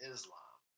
Islam